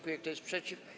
Kto jest przeciw?